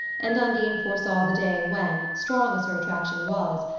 and undine foresaw the day when, strong as her attraction was,